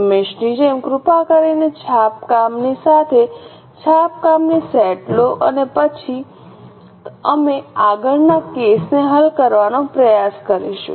હંમેશની જેમ કૃપા કરીને છાપ કામની સાથે છાપ કામની સેટ લો અને પછી અમે આગળના કેસ ને હલ કરવાનો પ્રયાસ કરીશું